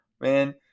Man